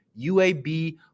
UAB